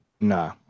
Nah